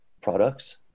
products